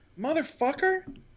Motherfucker